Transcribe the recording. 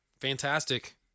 fantastic